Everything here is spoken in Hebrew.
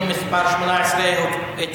8, אין מתנגדים, אין נמנעים.